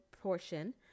portion